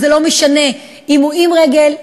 ולא משנה אם הוא עם רגל,